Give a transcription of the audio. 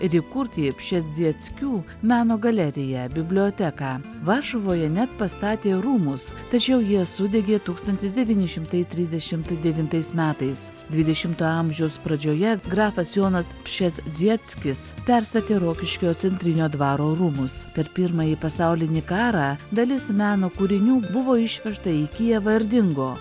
ir įkurti pšezdzieckių meno galeriją biblioteką varšuvoje net pastatė rūmus tačiau jie sudegė tūkstantis devyni šimtai trisdešimt devintais metais dvidešimto amžiaus pradžioje grafas jonas pšezdzieckis perstatė rokiškio centrinio dvaro rūmus per pirmąjį pasaulinį karą dalis meno kūrinių buvo išvežta į kijevą ir dingo